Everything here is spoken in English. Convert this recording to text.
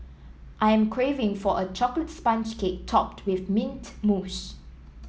I am craving for a chocolate sponge cake topped with mint mousse